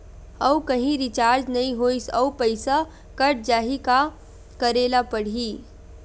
आऊ कहीं रिचार्ज नई होइस आऊ पईसा कत जहीं का करेला पढाही?